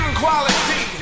quality